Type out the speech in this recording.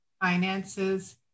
finances